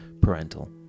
parental